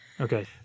Okay